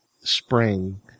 spring